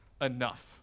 enough